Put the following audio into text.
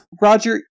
Roger